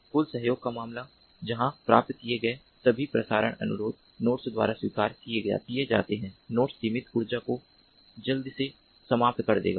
कुल सहयोग का मामला जहां प्राप्त किए गए सभी प्रसारण अनुरोध नोड्स द्वारा स्वीकार किए जाते हैं और नोड्स सीमित ऊर्जा को जल्दी से समाप्त कर देंगे